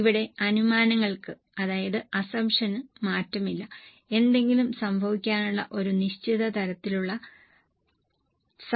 ഇവിടെ അനുമാനങ്ങൾക്ക് മാറ്റമില്ല എന്തെങ്കിലും സംഭവിക്കാനുള്ള ഒരു നിശ്ചിത തലത്തിലുള്ള സാധ്യത കാണുകയും ചെയ്യുന്നു